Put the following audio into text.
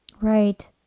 right